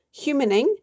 humaning